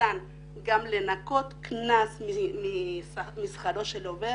ניתן גם לנכות קנס משכרו של עובד